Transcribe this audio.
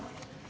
Tak